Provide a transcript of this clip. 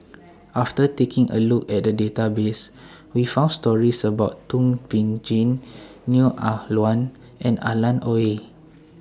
after taking A Look At The Database We found stories about Thum Ping Tjin Neo Ah Luan and Alan Oei